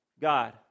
God